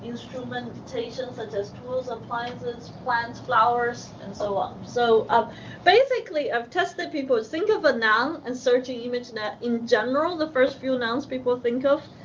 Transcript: instrumentations such as tools, appliances, plants, flowers and so on. so basically, i've tested people is think of a noun and search your imagenet in general, the first few nouns people think of,